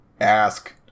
ask